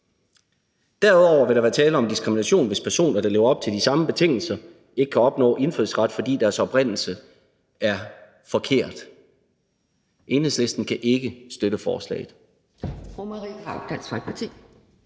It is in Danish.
Derudover vil der være tale om diskrimination, hvis personer, der lever op til de samme betingelser, ikke kan opnå indfødsret, fordi deres oprindelse er forkert. Enhedslisten kan ikke støtte forslaget.